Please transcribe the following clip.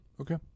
Okay